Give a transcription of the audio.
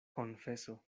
konfeso